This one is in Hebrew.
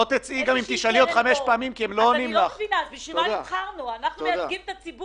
אנחנו מקבלים פה